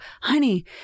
honey